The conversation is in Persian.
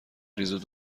ریز